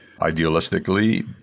idealistically